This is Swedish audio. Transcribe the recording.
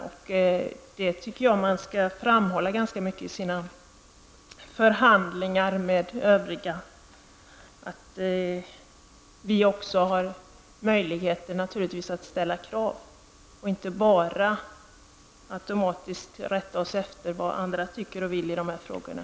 Jag tycker att man skall framhålla ganska starkt i sina förhandlingar med andra länder att vi också har möjligheter att ställa krav och inte bara automatiskt rätta oss efter vad andra tycker och vill i de här frågorna.